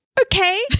Okay